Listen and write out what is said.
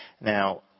Now